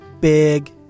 big